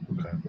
okay